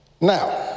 now